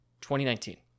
2019